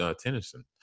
Tennyson